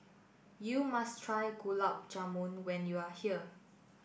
you must try Gulab Jamun when you are here